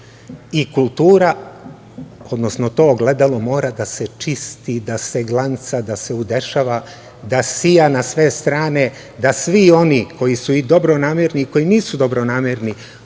i kultura, odnosno to ogledalo mora da se čisti, da se glanca, da se udešava, da sija na sve strane, da svi oni koji su i dobronamerni i koji nisu dobronamerni